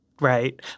right